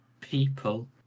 people